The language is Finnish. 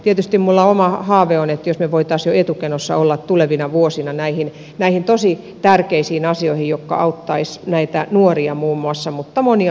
tietysti minulla on oma haave että me voisimme etukenossa olla panostamassa jo tulevina vuosina näihin tosi tärkeisiin asioihin jotka auttaisivat muun muassa näitä nuoria mutta monia muitakin